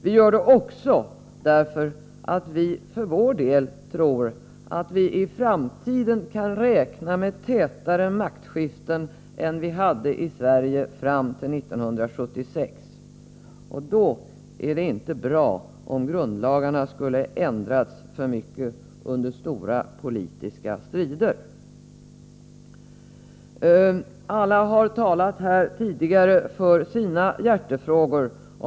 Vi gör det också därför att vi för vår del tror att vi i framtiden kan räkna med tätare maktskiften än vi hade i Sverige fram till 1976, och då är det inte bra om grundlagarna skulle ändras för mycket under stora politiska strider. Alla har talat här tidigare för sina hjärtefrågor.